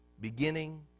Beginning